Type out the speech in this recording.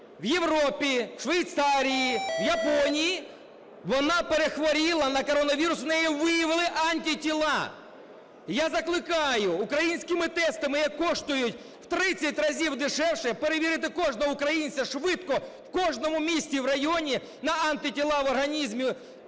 в Європі, Швейцарії, в Японії, вона перехворіла на коронавірус, в неї виявили антитіла. Я закликаю українськими тестами, які коштують в 30 разів дешевше, перевірити кожного українця швидко в кожному місті, в районі на антитіла в організмі